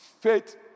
faith